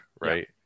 right